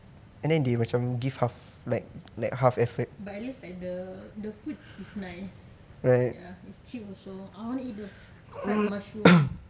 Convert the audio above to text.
but at least like the the food is nice ya it's cheap also I want to eat the fried mushroom